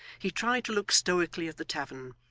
he tried to look stoically at the tavern,